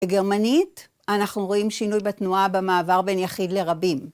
גרמנית, אנחנו רואים שינוי בתנועה במעבר בין יחיד לרבים.